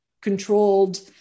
controlled